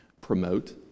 promote